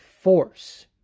force